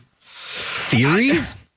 theories